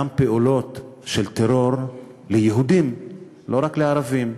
גם פעולות של טרור ליהודים, לא רק לערבים.